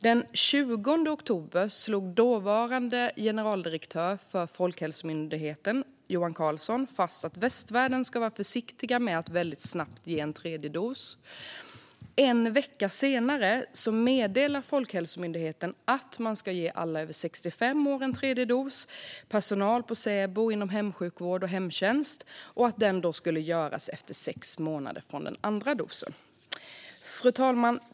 Den 20 oktober slog dåvarande generaldirektören för Folkhälsomyndigheten, Johan Carlson, fast att västvärlden ska vara försiktig med att väldigt snabbt ge en tredje dos. En vecka senare meddelade Folkhälsomyndigheten att alla över 65 år ska ges en tredje dos, liksom personal på SÄBO och inom hemsjukvård och hemtjänst. Det ska göras efter sex månader från den andra dosen. Fru talman!